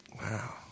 Wow